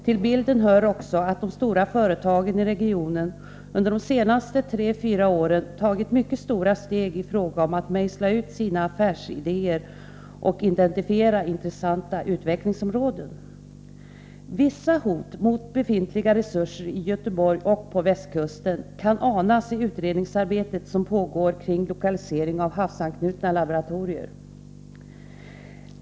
Till bilden hör också att de stora företagen i regionen under de senaste tre fyra åren tagit mycket stora steg i fråga om att mejsla ut sina affärsidéer och identifiera intressanta utvecklingsområden. Vissa hot mot befintliga resurser i Göteborg och på västkusten kan anas i det utredningsarbete som pågår kring lokalisering av havsanknutna laboratorier.